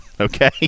Okay